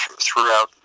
throughout